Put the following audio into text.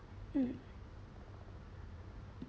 mm